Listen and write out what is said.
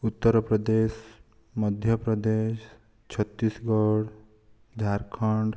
Uttar Pradesh Madhya Pradesh Chhattisgarh Jharkhand